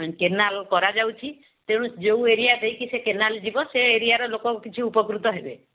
canal କରାଯାଉଛି ତେଣୁ ଯେଉଁ ଏରିଆ ଦେଇକି ସେ କେନାଲ୍ ଯିବ ସେ ଏରିଆର ଲୋକ କିଛି ଉପକୃତ ହେବେ